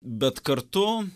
bet kartu